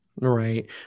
Right